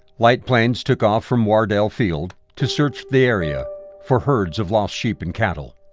light planes took off from wardwell field to search the area for herds of lost sheep and cattle.